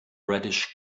reddish